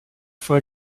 for